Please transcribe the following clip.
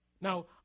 Now